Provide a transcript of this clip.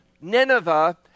Nineveh